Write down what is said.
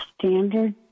standard